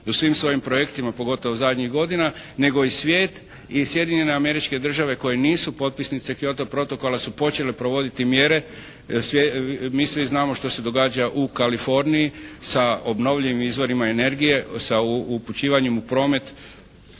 u svim svojim projektima pogotovo zadnjih godina nego i svijet i Sjedinjene Američke Države koje nisu potpisnice Kyoto protokola su počele provoditi mjere. Mi svi znamo što se događa u Kaliforniji sa obnovljivim izvorima energije. Sa upućivanjem u promet